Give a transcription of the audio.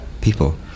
people